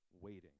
waiting